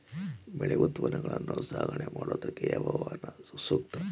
ಬೆಳೆ ಉತ್ಪನ್ನಗಳನ್ನು ಸಾಗಣೆ ಮಾಡೋದಕ್ಕೆ ಯಾವ ವಾಹನ ಸೂಕ್ತ?